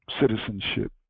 citizenship